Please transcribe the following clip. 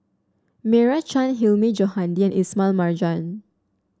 Meira Chand Hilmi Johandi Ismail Marjan